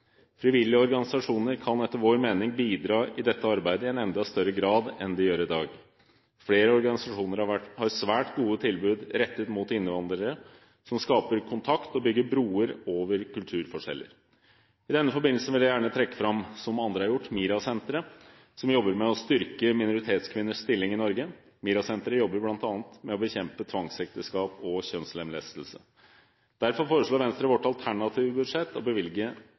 Frivillige organisasjoner kan etter vår mening bidra i dette arbeidet i enda større grad enn det de gjør i dag. Flere organisasjoner har svært gode tilbud som skaper kontakt og bygger broer over kulturforskjeller, rettet mot innvandrere. I denne forbindelse vil jeg gjerne trekke fram, som også andre har gjort, MiRA-senteret, som jobber med å styrke minoritetskvinners stilling i Norge. MiRA-senteret jobber bl.a. med å bekjempe tvangsekteskap og kjønnslemlestelse. Derfor foreslår vi i Venstre i vårt alternative budsjett å bevilge